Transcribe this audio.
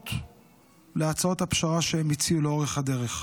החלופות להצעות הפשרה שהם הציעו לאורך הדרך.